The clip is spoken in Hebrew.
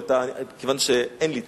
כיוון שאין לי טלוויזיה,